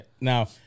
Now